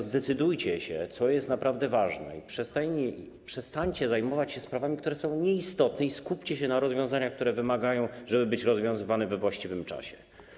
Zdecydujcie się, co jest naprawdę ważne, i przestańcie zajmować się sprawami, które są nieistotne, i skupcie się na rozwiązaniach, które wymagają tego, żeby były rozpatrywane we właściwym czasie.